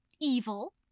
evil